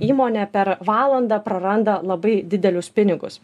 įmonė per valandą praranda labai didelius pinigus